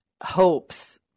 hopes